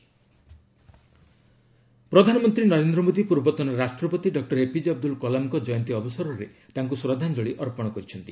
Kalam tribute ପ୍ରଧାନମନ୍ତ୍ରୀ ନରେନ୍ଦ୍ର ମୋଦୀ ପୂର୍ବତନ ରାଷ୍ଟ୍ରପତି ଡକ୍ର ଏପିଜେ ଅବଦୁଲ କଲାମଙ୍କ ଜୟନ୍ତୀ ଅବସରରେ ତାଙ୍କୁ ଶ୍ରଦ୍ଧାଞ୍ଚଳି ଅର୍ପଣ କରିଛନ୍ତି